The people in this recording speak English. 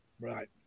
Right